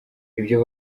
ibyo